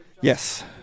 Yes